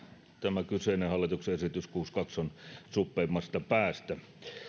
tämä kyseinen hallituksen esitys kuusikymmentäkaksi on suppeimmasta päästä